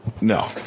No